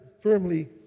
firmly